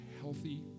healthy